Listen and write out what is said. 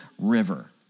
River